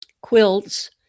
quilts